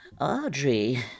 Audrey